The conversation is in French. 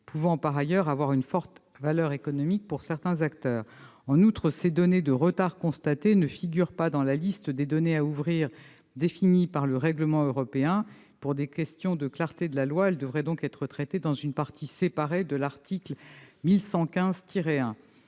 pouvant par ailleurs avoir une forte valeur économique pour certains acteurs. En outre, ces données de retards constatés ne figurent pas dans la liste des données à ouvrir définie par le règlement européen. Pour des questions de clarté de la loi, ce sujet devrait donc être traité dans une partie séparée de l'article L. 1115-1